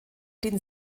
den